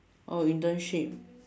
oh internship